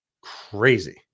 crazy